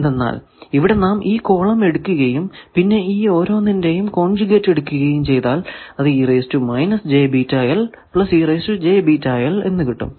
എന്തെന്നാൽ ഇവിടെ നാം ഈ കോളം എടുക്കുകയും പിന്നെ ഈ ഓരോന്നിന്റെയും കോൺജ്യൂഗെറ്റ് എടുക്കുകയും ചെയ്താൽ അത് എന്ന് കിട്ടും